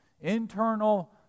Internal